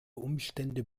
umstände